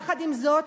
יחד עם זאת,